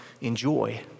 enjoy